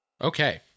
Okay